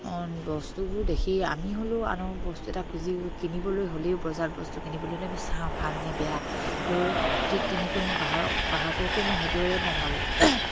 বস্তুবোৰ দেখি আমি হ'লেও আনৰ বস্তু এটা খুজি কিনিবলৈ হ'লেও বজাৰত বস্তু কিনিবলৈ হ'লে আমি চাওঁ ভাল নে বেয়া ঠিক তেনেকৈ মই গ্ৰাহককো মই সেইদৰে মই ভাবোঁ